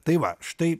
tai va štai